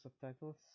subtitles